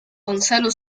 gonzalo